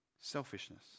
selfishness